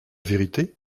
vérité